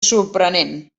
sorprenent